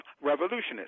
revolutionists